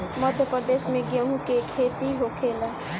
मध्यप्रदेश में गेहू के खेती होखेला